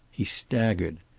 he staggered.